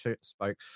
spoke